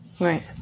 Right